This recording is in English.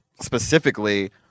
specifically